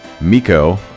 Miko